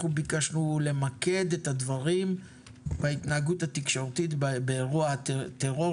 אנחנו ביקשנו למקד את הדברים בהתנהגות התקשורתית באירוע הטרור,